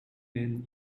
men